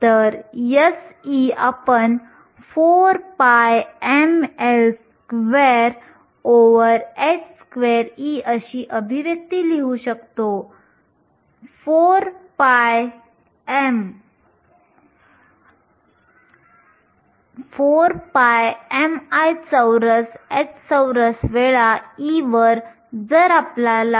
मी छिद्रांसाठी डेरिवेशन करणार नाही परंतु मी फक्त छिद्रांसाठी अभिव्यक्ती लिहू शकतो p जे व्हॅलेन्स बँडमधील छिद्रांचे प्रमाण Nv आहे जी स्थिरांक वेळexp⁡kT आहे Nv हे 2π mh आहे